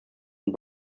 und